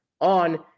on